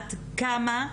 לדעת כמה?